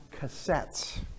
cassettes